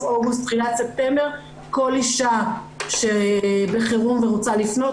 אוגוסט-תחילת ספטמבר כל אישה שבחירום ורוצה לפנות,